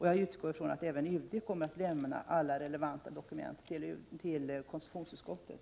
Jag utgår ifrån att även UD kommer att lämna alla relevanta uppgifter till konstitutionsutskottet.